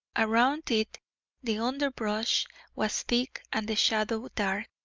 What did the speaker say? around it the underbrush was thick and the shadow dark,